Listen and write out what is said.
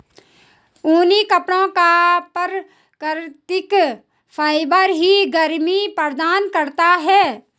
ऊनी कपड़ों का प्राकृतिक फाइबर ही गर्मी प्रदान करता है